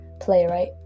playwright